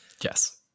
Yes